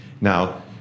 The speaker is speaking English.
Now